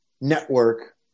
network